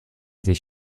sich